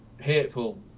Hateful